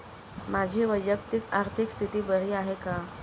माझी वैयक्तिक आर्थिक स्थिती बरी आहे का?